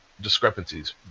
discrepancies